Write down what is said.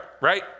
Right